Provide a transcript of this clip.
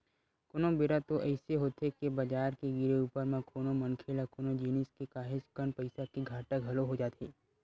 कोनो बेरा तो अइसे होथे के बजार के गिरे ऊपर म कोनो मनखे ल कोनो जिनिस के काहेच कन पइसा के घाटा घलो हो जाथे